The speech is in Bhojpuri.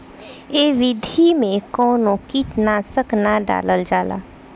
ए विधि में कवनो कीट नाशक ना डालल जाला